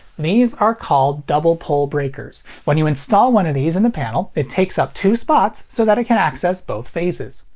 these are called double-pole breakers. when you install one of these in the panel, it takes up two spots so that it can access both phases.